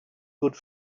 good